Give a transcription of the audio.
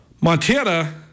Montana